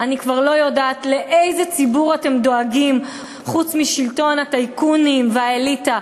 אני כבר לא יודעת לאיזה ציבור אתם דואגים חוץ מלטייקונים ולאליטות.